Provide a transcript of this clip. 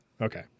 Okay